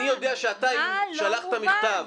הליך פולשני.